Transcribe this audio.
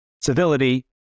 civility